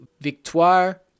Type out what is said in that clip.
Victoire